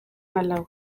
malawi